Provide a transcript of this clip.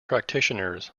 practitioners